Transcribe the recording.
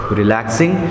relaxing